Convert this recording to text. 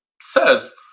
says